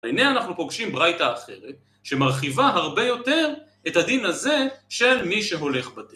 והנה אנחנו פוגשים ברייתה אחרת שמרחיבה הרבה יותר את הדין הזה של מי שהולך בדין.